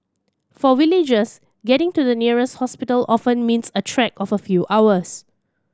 for villagers getting to the nearest hospital often means a trek of a few hours